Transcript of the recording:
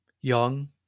young